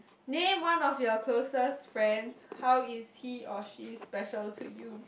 name one of your closest friends how is he or she special to you